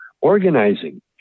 organizing